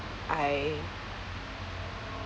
I